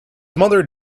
mother